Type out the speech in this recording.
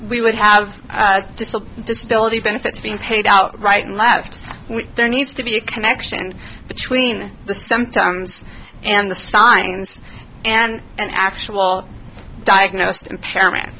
we would have disability benefits being paid out right and left when there needs to be a connection between the sometimes and the signs and an actual diagnosed impairment